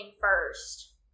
first